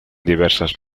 diversas